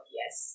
yes